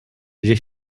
j’ai